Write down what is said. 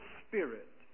spirit